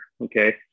okay